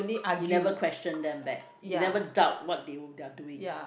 you never question them back you never doubt what they w~ are doing